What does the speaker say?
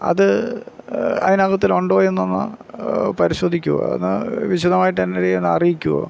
അത് അതിനകത്തില് ഉണ്ടോ എന്ന് പരിശോധിക്കുമോ ഒന്ന് വിശദമായിട്ട് എന്നെ ഒന്ന് അറിയിക്കുമോ